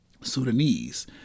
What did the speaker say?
Sudanese